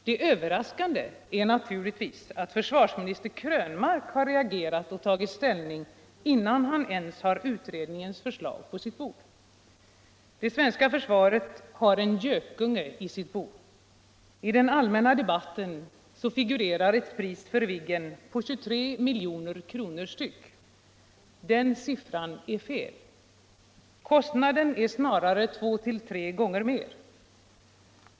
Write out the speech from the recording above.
Det överraskande är naturligtvis att försvarsminister Krönmark har reagerat och tagit ställning innan han ens har utredningens förstag på sitt bord. Det svenska försvaret har en gökunge i sitt bo. I den allmänna debatten figurerar ett pris för Viggen på 23 milj.kr. styck. Den siffran är fel. Kostnaden är snarare två tre gånger högre.